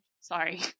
Sorry